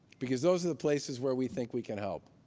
because those are the places where we think we can help.